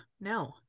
no